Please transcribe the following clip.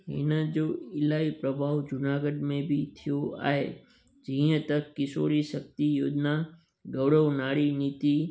हिनजो इलाही प्रभाव जूनागढ़ में बि थियो आहे जीअं त किशोरी शक्ती योजना गौरव नाड़ी नीति